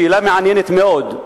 שאלה מעניינת מאוד.